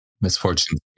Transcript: misfortune